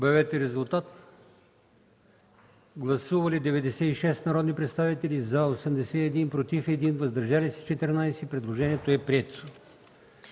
на комисията. Гласували 92 народни представители: за 81, против 1, въздържали се 10. Предложението е прието.